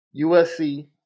USC